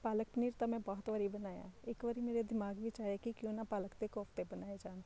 ਪਾਲਕ ਪਨੀਰ ਤਾਂ ਮੈਂ ਬਹੁਤ ਵਾਰੀ ਬਣਾਇਆ ਇੱਕ ਵਾਰੀ ਮੇਰੇ ਦਿਮਾਗ ਵਿੱਚ ਆਇਆ ਕਿ ਕਿਉਂ ਨਾ ਪਾਲਕ ਦੇ ਕੋਫਤੇ ਬਣਾਏ ਜਾਣ